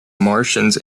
martians